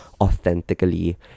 authentically